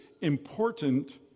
important